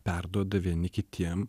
perduoda vieni kitiem